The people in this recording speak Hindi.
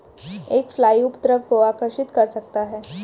एक फ्लाई उपद्रव को आकर्षित कर सकता है?